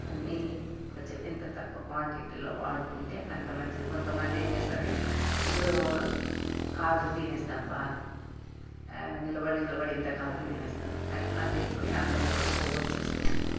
ఇవన్నీ కొంచెం ఎంత తక్కువ క్వాంటిటీలో వాడుకుంటే అంత మంచిది కొంతమంది ఏం చేస్తారంటే ఇప్పుడు కాజు తినేస్తారు బాగా నిలబడి నిలబడే ఇంత కాజు తినేస్తారు కానీ అది దాని వల్ల కూడా కొవ్వు వస్తు ఉంటుంది